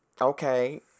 okay